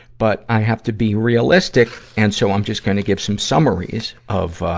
but i have to be realistic, and so i'm just gonna give some summaries of, ah,